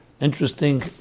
interesting